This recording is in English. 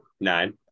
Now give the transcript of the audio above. Nine